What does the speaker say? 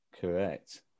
Correct